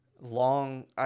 Long –